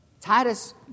Titus